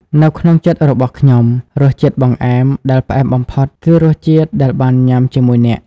នៅក្នុងចិត្តរបស់ខ្ញុំ រសជាតិបង្អែមដែលផ្អែមបំផុត គឺរសជាតិដែលបានញ៉ាំជាមួយអ្នក។